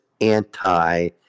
anti